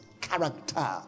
character